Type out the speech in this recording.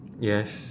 yes